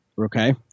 okay